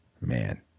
Man